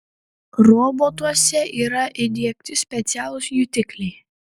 robotuose yra įdiegti specialūs jutikliai